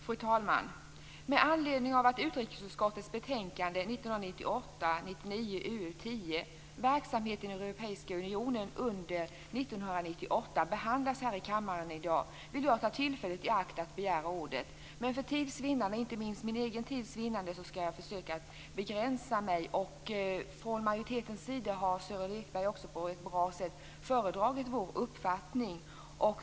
Fru talman! Med anledning av att utrikesutskottets betänkande 1988/99:UU10 Verksamheten i Europeiska unionen under 1998 behandlas här i kammaren i dag vill jag ta tillfället i akt att begära ordet. För tids vinnande, inte minst min egen tids vinnande, skall jag försöka att begränsa mig. Sören Lekberg har på ett bra sätt föredragit majoritetens uppfattning.